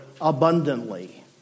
abundantly